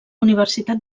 universitat